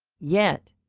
yet,